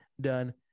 done